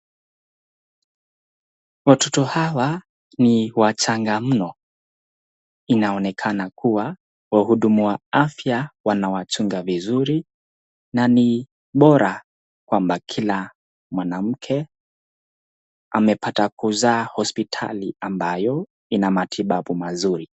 Watoto hawa ni wachanga mno. Inaonekana kuwa wahudumu wa afya wanawachunga vizuri na ni bora kwamba kila mwanamke amepata kuzaa hospitali ambayo ina matibabu mazuri.